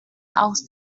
aus